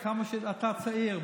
אתה צעיר.